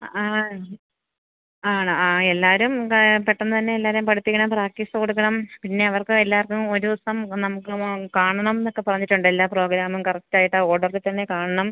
ആ ആണ് ആണ് ആ എല്ലാവരും എന്താണ് പെട്ടെന്നുതന്നെ എല്ലാവരെയും പഠിപ്പിക്കണം പ്രാക്റ്റീസ് കൊടുക്കണം പിന്നെ അവര്ക്ക് എല്ലാവര്ക്കും ഒരു ദിവസം നമുക്കത് കാണണമെന്നൊക്കെ പറഞ്ഞിട്ടുണ്ട് എല്ലാ പ്രോഗ്രാമും കറക്റ്റായിട്ട് ആ ഓഡറില് തന്നെ കാണണം